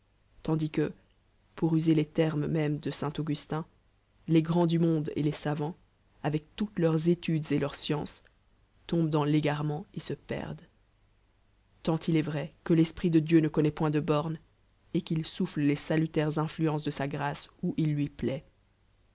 tandis que pour user des termes mêmes de s augustin les grands du monde et les sevauts avec lourcs leurs études et leur science tombent dans l'égarement et se perdent tnut il est vrai que l'esprit dedieu ne connoil point de borues et qu'il soame les salutaires inuomc desa gràee où il lui p